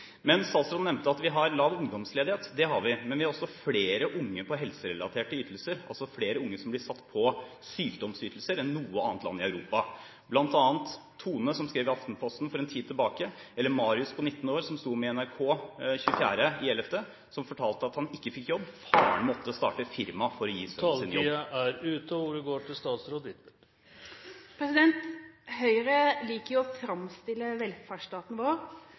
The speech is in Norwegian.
Statsråden nevnte at vi har lav ungdomsledighet. Det har vi. Men vi har også flere unge på helserelaterte ytelser, altså flere unge som blir satt på sykdomsytelser, enn noe annet land i Europa – bl.a. Tone, som skrev i Aftenposten for en tid siden, eller Marius på 19 år som det sto om på NRK.no den 24. november, og som fortalte at han ikke fikk jobb. Faren måtte starte firma for å gi sønnen sin jobb. Taletiden er ute, og ordet går til statsråd Huitfeldt. Høyre liker å framstille velferdsstaten vår